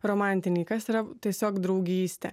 romantiniai kas yra tiesiog draugystė